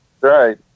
Right